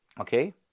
okay